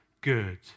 good